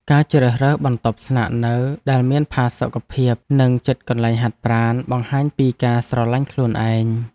ការជ្រើសរើសបន្ទប់ស្នាក់នៅដែលមានផាសុកភាពនិងជិតកន្លែងហាត់ប្រាណបង្ហាញពីការស្រឡាញ់ខ្លួនឯង។